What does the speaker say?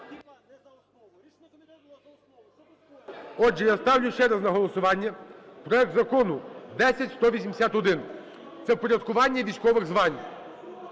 Отже, я ставлю ще раз на голосування проект Закону 10181 – це впорядкування військових звань.